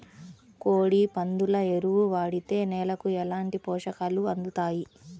కోడి, పందుల ఎరువు వాడితే నేలకు ఎలాంటి పోషకాలు అందుతాయి